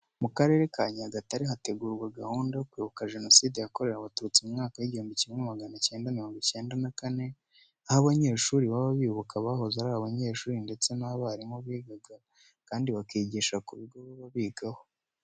Mu Karere ka Nyagatare hategurwa gahunda yo kwibuka Jenoside yakorewe Abatutsi mu mwaka w'igihumbi kimwe magana cyenda mirongo icyenda na kane, aho abanyeshuri baba bibuka abahoze ari abanyeshuri ndetse n'abarimu bigaga kandi bakigisha ku bigo baba bigaho.